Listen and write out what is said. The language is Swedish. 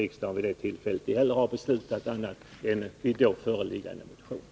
Riksdagen kan då inte heller ha beslutat annat än i enlighet med vid det tillfället föreliggande motioner.